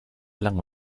lang